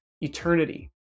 eternity